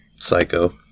psycho